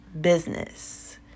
business